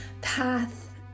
path